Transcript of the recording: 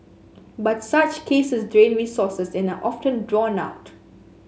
but such cases drain resources and are often drawn out